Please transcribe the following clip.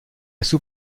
sous